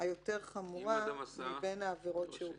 החמורה יותר מבין העבירות שהוא ביצע.